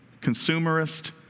Consumerist